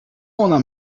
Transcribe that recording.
ona